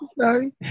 sorry